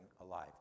alive